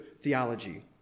theology